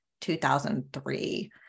2003